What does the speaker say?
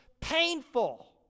painful